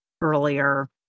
earlier